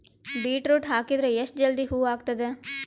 Beetroot ಹಾಕಿದರ ಎಷ್ಟ ಜಲ್ದಿ ಹೂವ ಆಗತದ?